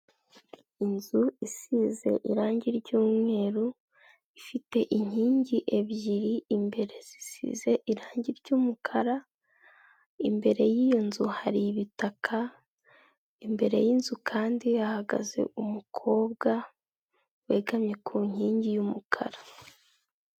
Inzu isize irangi ry'umweru, ifite inkingi ebyiri imbere zisize irangi ry'umukara, imbere yiyo nzu hari ibitaka, imbere y'inzu kandi hahagaze umukobwa wegamye ku nkingi y'umukara.